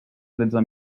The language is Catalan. tretze